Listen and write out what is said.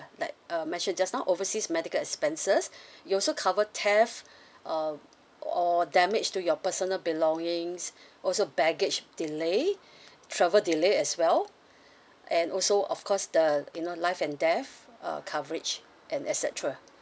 like I mentioned just now overseas medical expenses it also cover theft uh or damage to your personal belongings also baggage delay travel delay as well and also of course the you know life and death uh coverage and et cetera